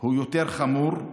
הוא יותר חמור.